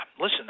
listen